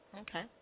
Okay